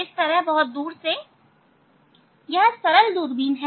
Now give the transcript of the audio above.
इस तरह बहुत दूर से यह एक गैलिलिओ दूरबीन है